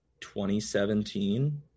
2017